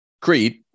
creed